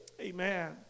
Amen